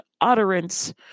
utterance